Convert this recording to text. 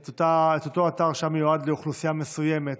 את אותו אתר שהיה מיועד לאוכלוסייה מסוימת,